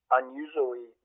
unusually